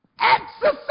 Exercise